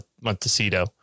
Montecito